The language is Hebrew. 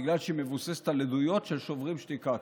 בגלל שהיא מבוססת על עדויות של שוברים שתיקה.